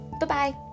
Bye-bye